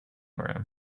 room